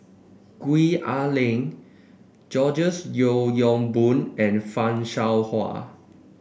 Gwee Ah Leng Georges Yeo Yong Boon and Fan Shao Hua